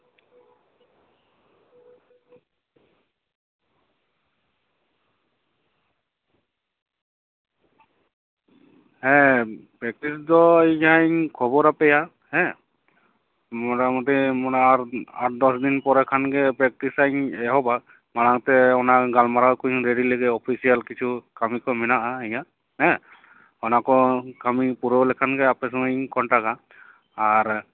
ᱦᱮᱸ ᱯᱨᱮᱠᱴᱤᱥ ᱫᱚ ᱤᱧ ᱦᱟᱸᱜ ᱤᱧ ᱠᱷᱚᱵᱚᱨᱟᱯᱮᱭᱟ ᱦᱮᱸ ᱢᱚᱴᱟᱢᱩᱴᱤ ᱢᱟᱱᱮ ᱟᱨ ᱟᱴ ᱫᱚᱥ ᱫᱤᱱ ᱯᱚᱨᱮ ᱠᱷᱟᱱᱜᱮ ᱯᱨᱮᱠᱴᱤᱥ ᱦᱟᱸᱜ ᱤᱧ ᱮᱦᱚᱵᱟ ᱢᱟᱲᱟᱝᱛᱮ ᱚᱱᱟ ᱜᱟᱞᱢᱟᱨᱟᱣ ᱠᱩᱧ ᱨᱮᱰᱤ ᱞᱮᱜᱮ ᱚᱯᱷᱤᱥᱤᱭᱟᱞ ᱠᱤᱪᱷᱩ ᱠᱟᱹᱢᱤ ᱠᱚ ᱢᱮᱱᱟᱜᱼᱟ ᱤᱧᱟᱹᱜ ᱦᱮᱸ ᱚᱱᱟᱠᱚ ᱠᱟᱹᱢᱤ ᱯᱩᱨᱟᱹᱣ ᱞᱮᱠᱷᱟᱱ ᱜᱮ ᱟᱯᱮ ᱥᱚᱸᱜᱮᱧ ᱠᱚᱱᱴᱟᱠᱴᱼᱟ ᱟᱨ